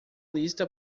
lista